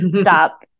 Stop